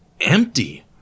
empty